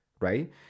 right